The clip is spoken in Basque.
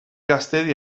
gaztedi